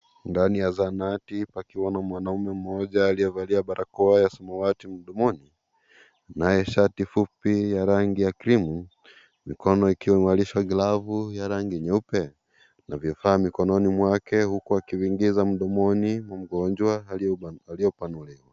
Ndani ya zahanati pakiwa na mwanaume mmoja aliyevalia barakoa ya smawati mdomoni anaye shati fupi ya rangi ya crimu mikono ikiwa imevalishwa glavu ya rangi nyeupe na vifaa mikononi mwake huku akiviingiza midomoni mwa mgonjwa alioupanuliwa.